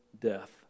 death